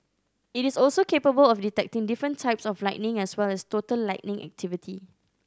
it is also capable of detecting different types of lightning as well as total lightning activity